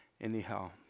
Anyhow